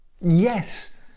Yes